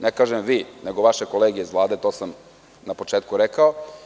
Ne kažem vi, nego vaše kolege iz Vlade, to sam na početku rekao.